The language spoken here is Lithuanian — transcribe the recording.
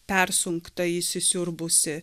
persunkta įsisiurbusi